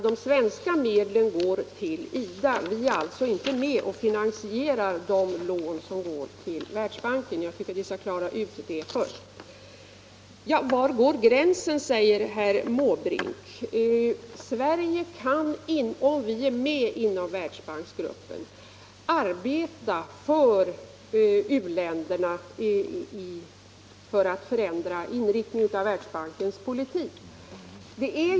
De svenska medlen går, som jag sade, till IDA. Vi är alltså inte med och finansierar de lån som ges av Världsbanken till Chile. Jag tycker att vi skall klara ut det först. Var går gränsen, frågar herr Måbrink. Sverige kan, om vi är med i Världsbanksgruppen, verkar för u-länderna genom att arbeta för att förändra inriktningen av Världsbankens politik.